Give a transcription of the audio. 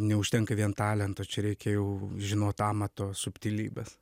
neužtenka vien talento čia reikia jau žinot amato subtilybes